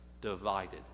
divided